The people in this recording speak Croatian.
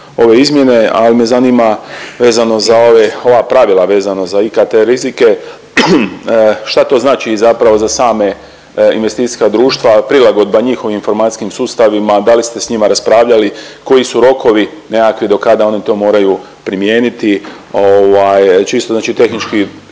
ove izmjene ali me zanima vezano za ove, ova pravila vezano za IKT rizike. Šta to znači zapravo za same investicijska društva, prilagodba njihovim informacijskim sustavima, da li ste s njima raspravljali koji su rokovi nekakvi do kada oni to moraju primijeniti ovaj čisto znači tehnički